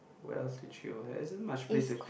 where else to chill there isn't much place to